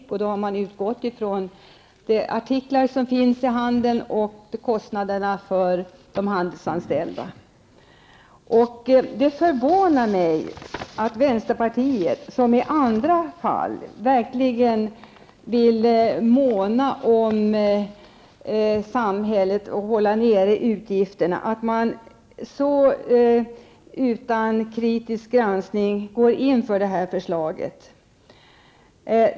De kostnaderna har räknats fram med utgångspunkt i de artiklar som finns i handeln och kostnaderna för de handelsanställda. Det förvånar mig att vänsterpartiet, som i andra fall verkligen vill måna om konsumenterna och vill hålla nere utgifterna, helt utan kritisk granskning går in för det här förslaget.